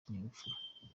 ikinyabupfura